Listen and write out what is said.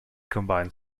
combined